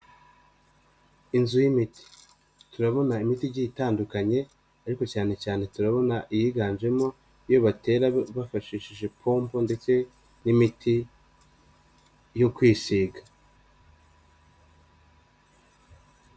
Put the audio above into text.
Inzu y'imiti, turabona imiti igiye itandukanye ariko cyane cyane turabona iyiganjemo iyo batera bifashishije pompo ndetse n'imiti yo kwisiga.